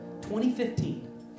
2015